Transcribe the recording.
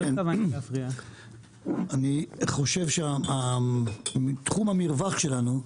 אני חושב שתחום המרווח שלנו,